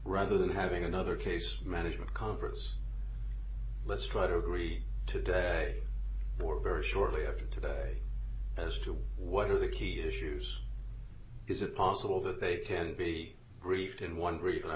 rather than having another case management conference let's try to agree today or very shortly after today as to what are the key issues is it possible that they can be briefed in one